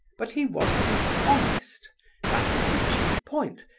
but he was to be honest that was the chief point!